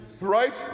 Right